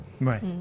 Right